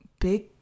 big